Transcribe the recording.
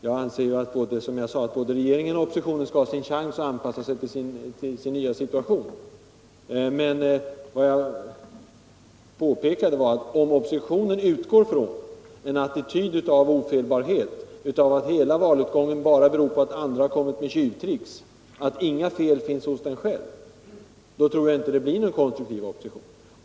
Jag anser, som jag sade, att både regeringen och oppositionen skall ha en chans att anpassa sig till sin nya situation. Men jag påpekade också att det, om oppositionen utgår från en attityd av ofelbarhet, av att hela valutgången bara beror på att de andra använt sig av tjuvtricks och att inga fel finns på den egna sidan, inte blir en konstruktiv opposition.